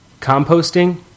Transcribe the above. composting